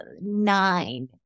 nine